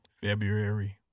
February